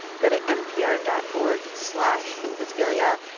go to npr dot org slash invisibilia.